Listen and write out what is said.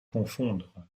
confondre